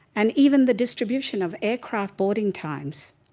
and even the distribution of aircraft boarding times.